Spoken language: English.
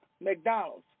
McDonald's